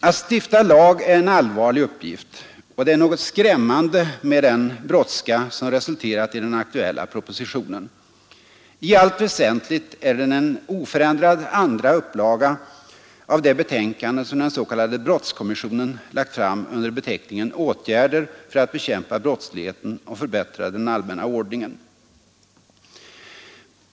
Att stifta lag är en allvarlig uppgift, och det är något skrämmande med den brådska som resulterat i den aktuella propositionen. I allt vä entligt är den en oförändrad andra upplaga av det betänkande som den s.k. brottskommissionen lagt fram under beteckningen ”Åtgärder för att bekämpa brottsligheten och förbättra den allmänna ordningen”.